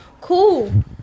Cool